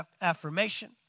affirmation